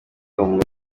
ihumure